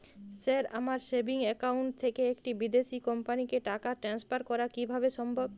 Sir আমার savings account থেকে একটি বিদেশি কোম্পানিকে টাকা ট্রান্সফার করা কীভাবে সম্ভব?